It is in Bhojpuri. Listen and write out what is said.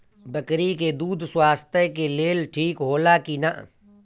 बकरी के दूध स्वास्थ्य के लेल ठीक होला कि ना?